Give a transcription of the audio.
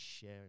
share